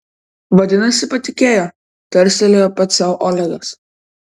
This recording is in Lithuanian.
vadinasi patikėjo tarstelėjo pats sau olegas